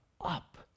up